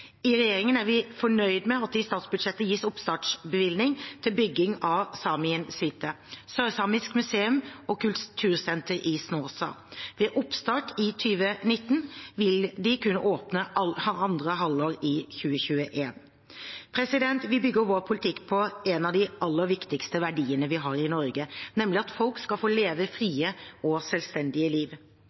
I regjeringen er vi fornøyd med at det i statsbudsjettet gis oppstartbevilgning til bygging av Saemien Sijte – sørsamisk museum og kultursenter i Snåsa. Ved oppstart i 2019 vil de kunne åpne andre halvår i 2021. Vi bygger vår politikk på én av de aller viktigste verdiene vi har i Norge – nemlig at folk skal få leve frie og selvstendige liv.